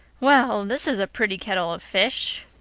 well, this is a pretty kettle of fish,